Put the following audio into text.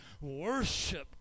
Worship